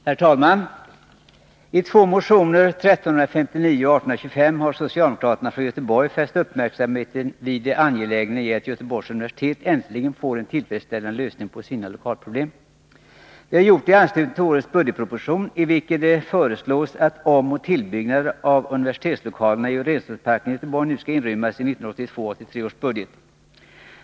Herr talman! I två motioner, 1359 och 1825, har socialdemokraterna från Göteborg fäst uppmärksamheten på det angelägna i att Göteborgs universitet äntligen får en tillfredsställande lösning på sina lokalproblem. Vi har gjort det i anslutning till årets budgetproposition, i vilken det föreslås att omoch tillbyggnad av universitetslokalerna i Renströmsparken i Göteborg nu skall inrymmas i 1982/83 års budget.